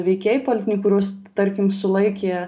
veikėjai politiniai kuriuos tarkim sulaikė